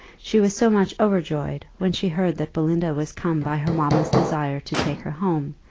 she was so much overjoyed, when she heard that belinda was come by her mamma's desire to take her home,